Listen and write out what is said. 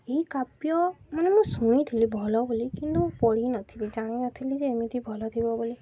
ଏହି କାବ୍ୟ ମାନେ ମୁଁ ଶୁଣିଥିଲି ଭଲ ବୋଲି କିନ୍ତୁ ମୁଁ ପଢ଼ିିନଥିଲି ଜାଣିନଥିଲି ଯେ ଏମିତି ଭଲ ଥିବ ବୋଲି